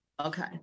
Okay